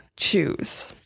Choose